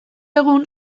egun